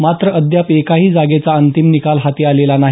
मात्र अद्याप एकाही जागेचा अंतिम निकाल हाती आलेला नाही